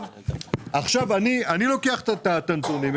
אני לוקח את הנתונים.